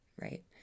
right